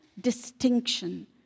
distinction